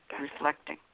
Reflecting